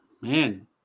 man